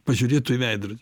pažiūrėtų į veidrodį